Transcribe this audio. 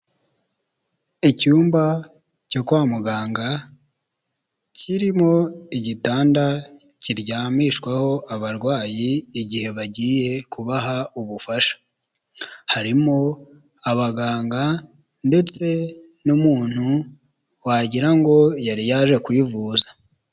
Icyumba cyo kwa muganga, kirimo igitanda kiryamishwaho abarwayi, igihe bagiye kubaha ubufasha, harimo abaganga ndetse n'umuntu wagirango ngo yari yaje kwivuza.